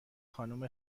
خانم